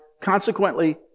Consequently